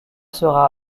sera